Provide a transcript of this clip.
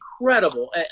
incredible